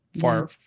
far